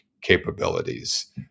capabilities